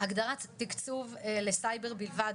הגדרת תקצוב לסייבר בלבד,